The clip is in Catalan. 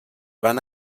van